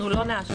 אנחנו לא נאפשר.